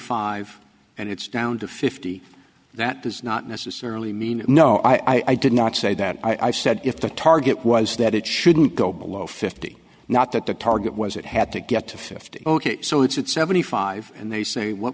five and it's down to fifty that does not necessarily mean you know i did not say that i said if the target was that it shouldn't go below fifty not that the target was it had to get to fifty so it's at seventy five and they say what